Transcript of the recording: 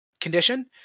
condition